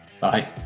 Bye